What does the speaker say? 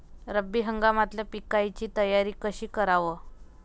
रब्बी हंगामातल्या पिकाइची तयारी कशी कराव?